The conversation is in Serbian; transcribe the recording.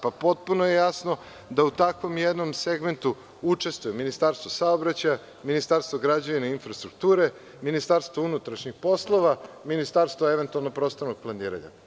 Pa potpuno je jasno da u takvom jednom segmentu učestvuje Ministarstvo saobraćaja, Ministarstvo građevine i infrastrukture, Ministarstvo unutrašnjih poslova, Ministarstvo prostornog planiranja.